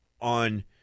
on